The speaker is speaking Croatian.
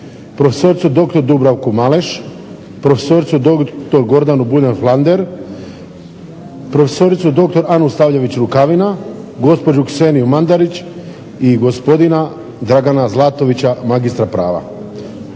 profesoricu, doktor Dubravku Maleš, prof.dr. Gordanu Buljan Flander, prof.dr. Anu Stavljević Rukavina, gospođu Kseniju Madarić i gospodina Dragina Zlatovića, magistra prava.